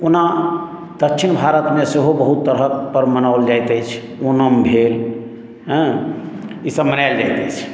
ओना दक्षिण भारतमे सेहो बहुत तरहक पर्व मनाओल जाइत अछि ओणम भेल हँ ईसभ मनायल जाइत अछि